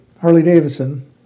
Harley-Davidson